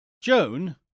Joan